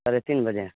ساڑھے تین بجے